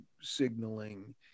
signaling